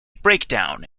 breakdown